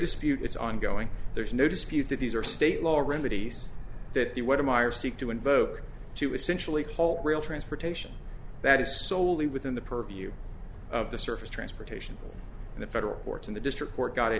dispute it's ongoing there's no dispute that these are state law remedies that the what am i or seek to invoke to essentially call rail transportation that is solely within the purview of the surface transportation in the federal courts in the district court got it